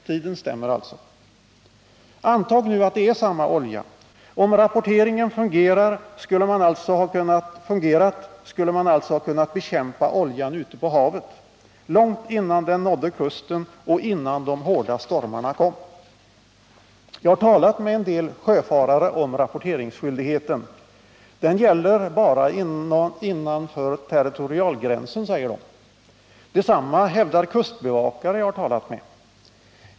Tiden stämmer alltså. Antag nu att det är samma olja. Om rapporteringen fungerat skulle man alltså ha kunnat bekämpa oljan ute på havet, långt innan den nådde kusten och innan de hårda stormarna kom. Jag har talat med en del sjöfarare om rapporteringsskyldigheten. Den gäller bara innanför territorialgränsen, säger de. Detsamma hävdar kustbevakare som jag har talat med.